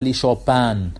لشوبان